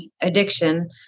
addiction